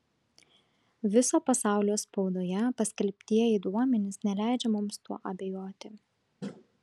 viso pasaulio spaudoje paskelbtieji duomenys neleidžia mums tuo abejoti